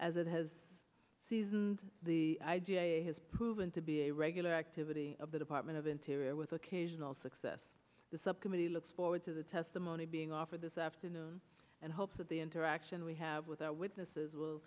as it has seasoned the idea has proven to be a regular activity of the department of interior with occasional success the subcommittee looks forward to the testimony being offered this afternoon and hopes that the interaction we have with our witnesses will